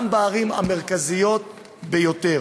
גם בערים המרכזיות ביותר.